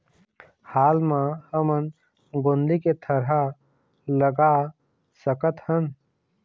हाल मा हमन गोंदली के थरहा लगा सकतहन?